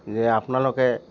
যে আপোনালোকে